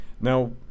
Now